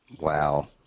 wow